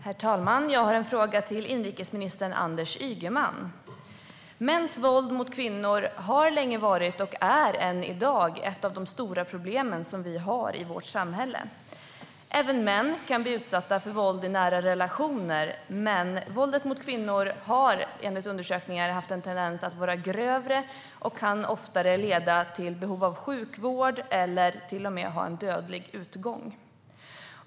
Herr talman! Jag har en fråga till inrikesminister Anders Ygeman. Mäns våld mot kvinnor har länge varit och är än i dag ett av de stora problem vi har i vårt samhälle. Även män kan bli utsatta för våld i nära relationer. Men våldet mot kvinnor har enligt undersökningar haft en tendens att vara grövre och kan oftare leda till behov av sjukvård eller till och med ha en dödlig utgång.